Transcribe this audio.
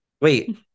Wait